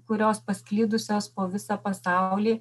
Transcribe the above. kurios pasklidusios po visą pasaulį